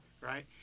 Right